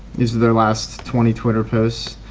these are their last twenty twitter posts.